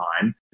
time